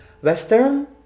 Western